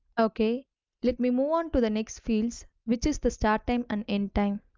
ok let me move on to the next fields, which is the start time and end time.